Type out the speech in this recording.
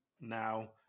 now